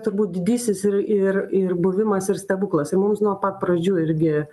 turbūt didysis ir ir ir buvimas ir stebuklas ir mums nuo pat pradžių irgi